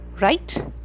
Right